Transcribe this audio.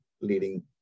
leading